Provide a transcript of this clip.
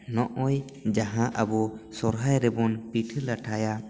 ᱱᱚᱜᱼᱚᱭ ᱡᱟᱦᱟᱸ ᱟᱵᱚ ᱥᱚᱦᱚᱨᱟᱭ ᱨᱮᱵᱚ ᱯᱤᱴᱷᱟᱹ ᱞᱟᱴᱷᱟᱭᱟ